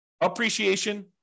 appreciation